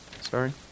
Sorry